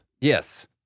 Yes